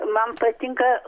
man patinka